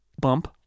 bump